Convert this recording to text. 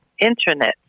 internet